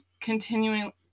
continuing